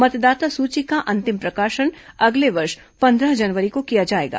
मतदाता सूची का अंतिम प्रकाशन अगले वर्ष पन्द्रह जनवरी को किया जाएगा